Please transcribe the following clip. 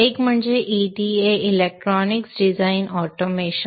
एक म्हणजे EDA electronic design automation